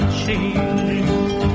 change